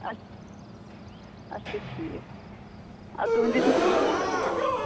اَچھ اَچھا ٹھیٖک آ تُہٕنٛدِس نا